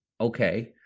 Okay